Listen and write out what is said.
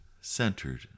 centered